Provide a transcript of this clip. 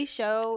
show